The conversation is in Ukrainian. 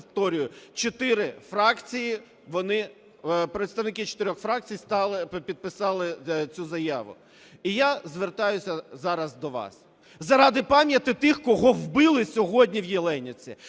чотири фракції, представники чотирьох фракцій стали, підписали цю заяву. І я звертаюся зараз до вас. Заради пам'яті тих, кого вбили сьогодні в Оленівці,